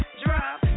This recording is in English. drop